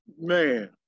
Man